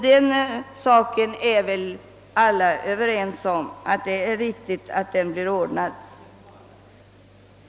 Alla torde vara överens om att det är viktigt att den saken blir ordnad.